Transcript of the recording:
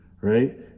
right